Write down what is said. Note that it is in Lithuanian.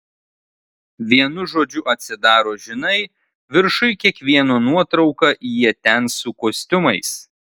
vienu žodžiu atsidaro žinai viršuj kiekvieno nuotrauka jie ten su kostiumais